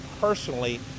personally